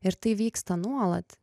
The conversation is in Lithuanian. ir tai vyksta nuolat